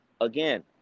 Again